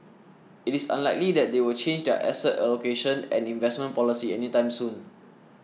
it is unlikely that they will change their asset allocation and investment policy any time soon